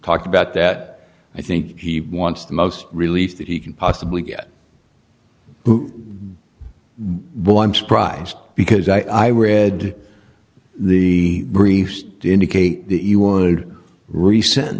talked about that i think he wants the most released that he can possibly get well i'm surprised because i read the briefs indicate that you wanted re sent